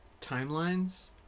timelines